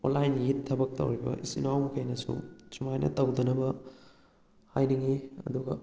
ꯑꯣꯟꯂꯥꯏꯟꯒꯤ ꯊꯕꯛ ꯇꯧꯔꯤꯕ ꯏꯆꯤꯜ ꯏꯅꯥꯎꯈꯩꯅꯁꯨ ꯁꯨꯃꯥꯏꯅ ꯇꯧꯗꯅꯕ ꯍꯥꯏꯅꯤꯡꯉꯤ ꯑꯗꯨꯒ